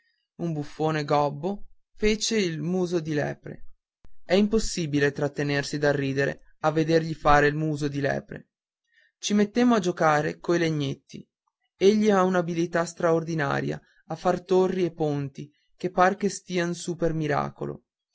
un buffone gobbo fece il muso di lepre è impossibile trattenersi dal ridere a vedergli fare il muso di lepre ci mettemmo a giocare coi legnetti egli ha un'abilità straordinaria a far torri e ponti che par che stian su per miracolo